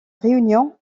réunion